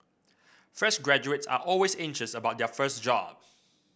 fresh graduates are always anxious about their first job